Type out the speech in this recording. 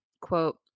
quote